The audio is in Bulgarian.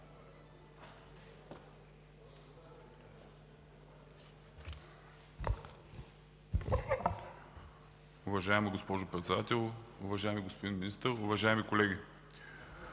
Уважаема госпожо Председател, уважаеми господин Министър, уважаеми колеги!